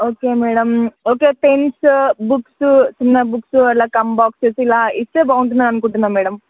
okay madam okay pens books చిన్న books అలా compass boxes ఇలా ఇస్తే బాగుంటుంది అని అనుకుంటున్నాను మ్యాడమ్